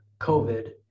COVID